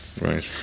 Right